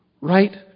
right